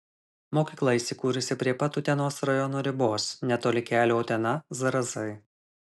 mokykla įsikūrusi prie pat utenos rajono ribos netoli kelio utena zarasai